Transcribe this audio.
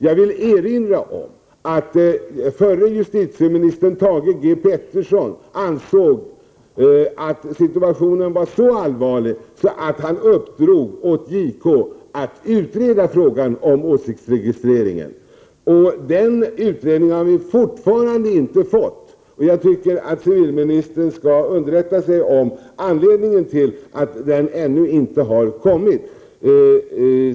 Jag vill erinra om att förre justitieministern Thage G Peterson ansåg att situationen var så allvarlig att han uppdrog åt JK att utreda frågan om åsiktsregistreringen. Den utredningen har vi fortfarande inte fått. Jag anser att civilministern bör underrätta sig om anledningen till att den ännu inte har kommit.